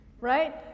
Right